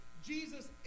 Jesus